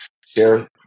share